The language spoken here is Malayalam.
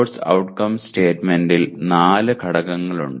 കോഴ്സ് ഔട്ട്കംസ് സ്റ്റേറ്റ്മെന്റിൽ നാല് ഘടകങ്ങളുണ്ട്